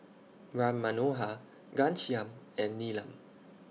Ram Manohar Ghanshyam and Neelam